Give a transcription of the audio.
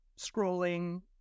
scrolling